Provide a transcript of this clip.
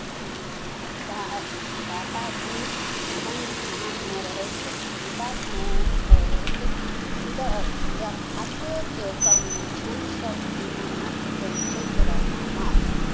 दऽ दाताके एकदम ध्यानमे रहै छथि जिनका धन पूत जऽ जथा जाहिके कमी छनि सभ दीनानाथ दै छथि राणा माइ